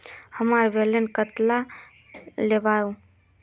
हमार बैलेंस कतला छेबताउ?